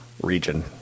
Region